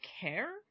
care